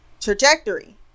trajectory